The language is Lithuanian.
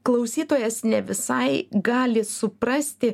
klausytojas ne visai gali suprasti